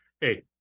hey